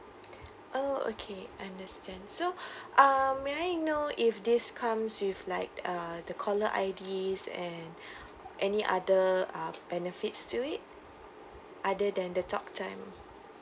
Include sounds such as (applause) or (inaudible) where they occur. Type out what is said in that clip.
(breath) oh okay understand so (breath) um may I know if this comes with like uh the caller I_Ds and (breath) any other uh benefits to it other than the talk time